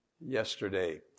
yesterday